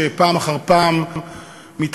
שפעם אחר פעם מתהדר,